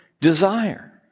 desire